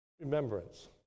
remembrance